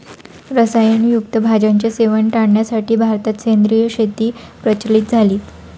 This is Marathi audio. रसायन युक्त भाज्यांचे सेवन टाळण्यासाठी भारतात सेंद्रिय शेती प्रचलित झाली